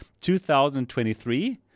2023